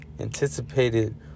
anticipated